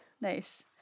nice